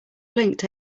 blinked